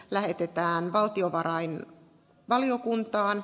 lähetetään valtionvarain valiokuntaan